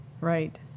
Right